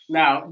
now